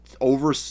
over